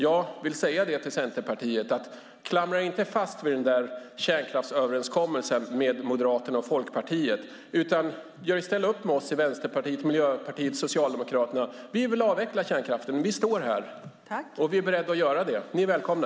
Jag vill säga till Centerpartiet: Klamra er inte fast vid den kärnkraftsöverenskommelsen med Moderaterna och Folkpartiet utan gör i stället upp med oss i Vänsterpartiet, Miljöpartiet och Socialdemokraterna! Vi vill avveckla kärnkraften. Vi står här, och vi är beredda att göra det. Ni är välkomna!